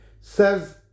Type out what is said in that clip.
Says